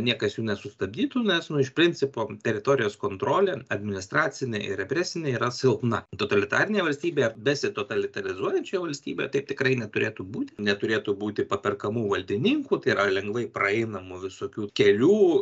niekas jų nesustabdytų nes nu iš principo teritorijos kontrolė administracinė ir represinė yra silpna totalitarinėje valstybėje besitotalitarizuojančioje valstybėje taip tikrai neturėtų būti neturėtų būti paperkamų valdininkų tai yra lengvai praeinamų visokių kelių